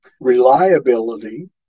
reliability